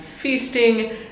feasting